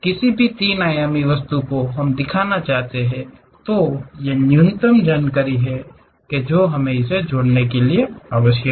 किसी भी तीन आयामी वस्तु को हम दिखाना चाहते हैं तो ये न्यूनतम जानकारी हैं जो हमें इसे जोड़ने के लिए आवश्यक हैं